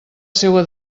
seua